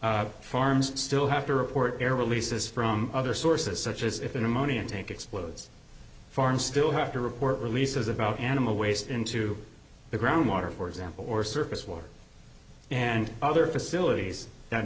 or farms still have to report their releases from other sources such as if an ammonia tank explodes farm still have to report releases about animal waste into the ground water for example or surface water and other facilities that